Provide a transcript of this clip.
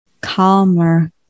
calmer